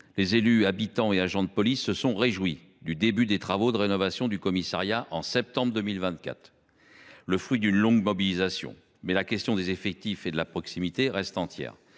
élus, habitants et agents de police se sont réjouis du début des travaux de rénovation du commissariat au mois de septembre 2024, fruit d’une longue mobilisation. Pour autant, la question des effectifs et de la proximité reste entière.